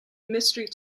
mystery